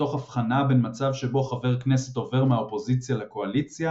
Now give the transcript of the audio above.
ותוך הבחנה בין מצב שבו חבר כנסת עובר מהאופוזיציה לקואליציה